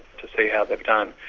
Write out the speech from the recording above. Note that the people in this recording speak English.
to see how they've done.